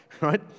right